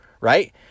right